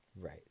Right